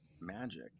magic